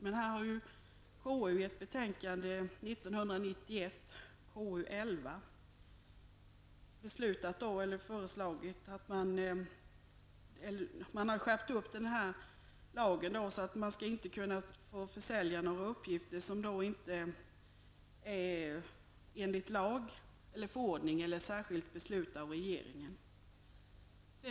KU har i ett betänkande, 1990/91:KU11, föreslagit en skärpning av den här lagen så att man inte skall kunna försälja några uppgifter annat än om det sker enligt lag, förordning eller särskilt beslut av regeringen.